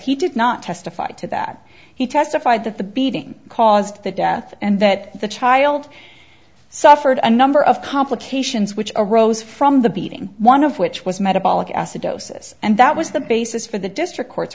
he did not testify to that he testified that the beating caused the death and that the child suffered a number of complications which arose from the beating one of which was metabolic acidosis and that was the basis for the district court